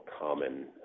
common